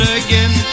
again